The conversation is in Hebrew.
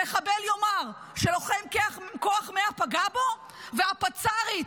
המחבל יאמר שלוחם כוח 100 פגע בו, והפצ"רית,